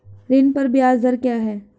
ऋण पर ब्याज दर क्या है?